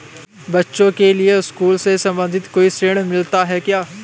बच्चों के लिए स्कूल से संबंधित कोई ऋण मिलता है क्या?